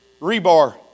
rebar